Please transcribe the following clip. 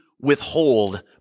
withhold